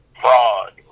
fraud